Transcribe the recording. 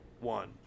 one